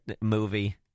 movie